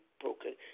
broken